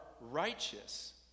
righteous